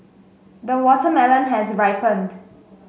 the watermelon has ripened